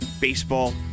baseball